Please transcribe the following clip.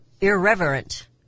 irreverent